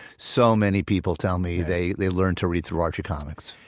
so many people tell me they they learned to read through archie comics